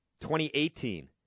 2018